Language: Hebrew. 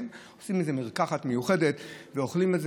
עושים מזה מרקחת מיוחדת ואוכלים.